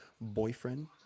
boyfriend